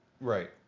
Right